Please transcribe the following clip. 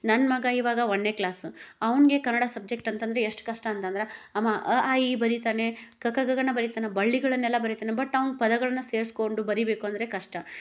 ನನ್ನ ಮಗ ಇವಾಗ ಒಂದನೇ ಕ್ಲಾಸು ಅವನಿಗೆ ಕನ್ನಡ ಸಬ್ಜೆಕ್ಟ್ ಅಂತಂದರೆ ಎಷ್ಟು ಕಷ್ಟ ಅಂತಂದ್ರೆ ಅಮ ಅ ಆ ಇ ಬರಿತಾನೆ ಕ ಕ ಗ ಗ ನ ಬರಿತಾನೆ ಬಳ್ಳಿಗಳನ್ನೆಲ್ಲ ಬರಿತಾನೆ ಬಟ್ ಅವ್ನು ಪದಗಳನ್ನ ಸೇರ್ಸ್ಕೊಂಡು ಬರಿಬೇಕು ಅಂದರೆ ಕಷ್ಟ